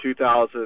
2000